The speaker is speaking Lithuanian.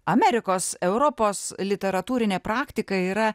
amerikos europos literatūrinė praktika yra